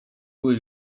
były